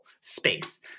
space